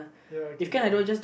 ya okay K K